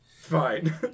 Fine